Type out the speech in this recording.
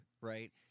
right